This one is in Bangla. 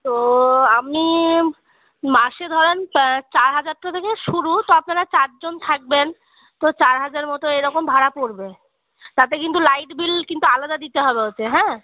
তো আপনি মাসে ধরুন চার হাজার টাকা থেকে শুরু তো আপনারা চারজন থাকবেন তো চার হাজার মতো এরকম ভাড়া পড়বে তাতে কিন্তু লাইট বিল কিন্তু আলাদা দিতে হবে ওতে হ্যাঁ